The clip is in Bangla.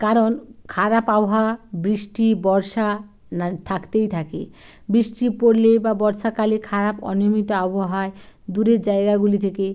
কারণ খারাপ আবহাওয়া বৃষ্টি বর্ষা না থাকতেই থাকে বৃষ্টি পড়লে বা বর্ষাকালে খারাপ অনিয়মিত আবহাওয়ায় দূরের জায়গাগুলি থেকে